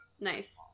Nice